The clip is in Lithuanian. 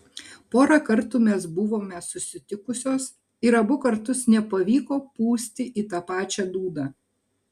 porą kartų mes buvome susitikusios ir abu kartus nepavyko pūsti į tą pačią dūdą